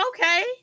Okay